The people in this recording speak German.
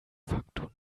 facto